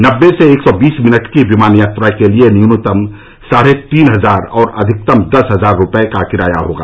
नब्बे से एक सौ बीस मिनट की विमान यात्रा के लिए न्यूनतम साढ़े तीन हजार और अधिकतम दस हजार रुपए का किराया होगा